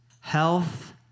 health